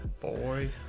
boy